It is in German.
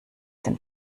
den